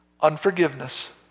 Unforgiveness